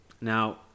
Now